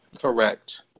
Correct